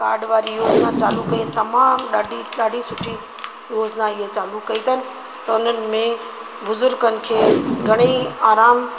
card वारी योजिना चालू कई तमामु ॾाढी सुठी योजिना इअं चालू कई अथनि त उन्हनि में बुज़ुर्गनि खे घणेई आरामु